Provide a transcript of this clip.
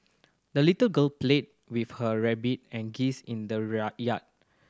the little girl played with her rabbit and geese in the yard